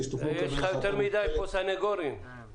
שתוכלו לקבל --- יש לך יותר מדי סנגורים פה.